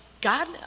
God